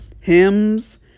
hymns